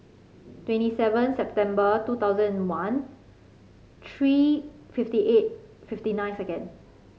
twenty seven September two thousand and one three fifty eight fifty nine second